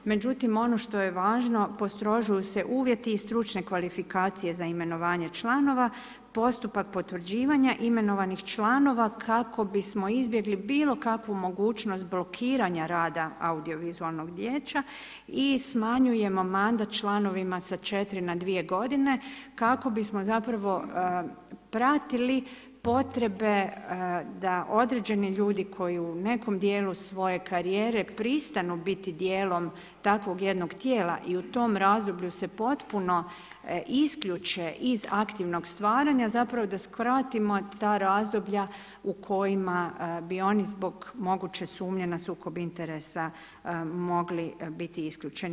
Međutim ono što je važno postrožuju se uvjeti i stručne kvalifikacije za imenovanje članova, postupak potvrđivanja imenovanih članova kako bismo izbjegli bilo kakvu mogućnost blokiranja rada audiovizualnog vijeća i smanjujemo mandat članovima sa 4 na 2 godine kako bismo zapravo pratili potrebe da određeni ljudi koji u nekom dijelu svoje karijere pristanu biti dijelom takvog jednog tijela i u tom razdoblju se potpuno isključe iz aktivnog stvaranja zapravo da skratimo ta razdoblja u kojima bi oni zbog moguće sumnje na sukob interesa mogli biti isključeni.